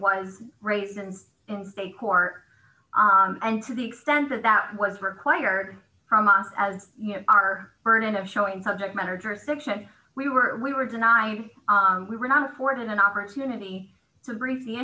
was raised and in a court and to the extent that that was required from us as you know our burden of showing subject matter jurisdiction we were we were denied we were not afforded an opportunity to brief the